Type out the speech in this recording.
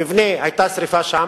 המבנה, היתה שרפה שם,